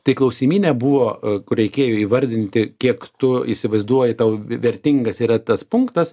tai klausimyne buvo kur reikėjo įvardinti kiek tu įsivaizduoji tau vertingas yra tas punktas